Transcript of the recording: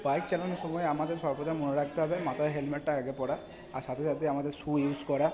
bike চালানোর সময় আমাদের সর্বদা মনে রাখতে হবে মাথার হেলমেটটা আগে পরা আর সাথে সাথে আমাদের শু ইউস করা